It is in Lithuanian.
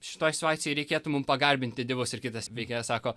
šitoj situacijoj reikėtų mum pagarbinti dievus ir kitas veikėjas sako